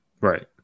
right